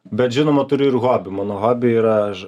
bet žinoma turiu ir hobį mano hobiai yra